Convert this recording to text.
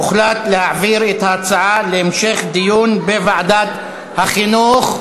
הוחלט להעביר את ההצעה להמשך דיון בוועדת החינוך.